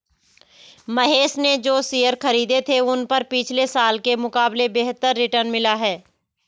महेश ने जो शेयर खरीदे थे उन पर पिछले साल के मुकाबले बेहतर रिटर्न मिला है